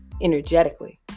Energetically